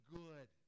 good